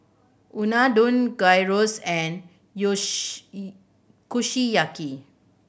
Unadon Gyros and Kushiyaki